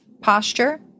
posture